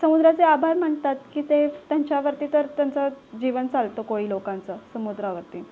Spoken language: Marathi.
समुद्राचे आभार मानतात की ते त्यांच्यावरती तर त्यांचं जीवन चालतं कोळी लोकांचं समुद्रावरती